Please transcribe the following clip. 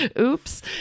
oops